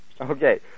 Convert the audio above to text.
Okay